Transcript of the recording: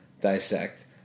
dissect